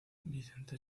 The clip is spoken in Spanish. vicente